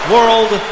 World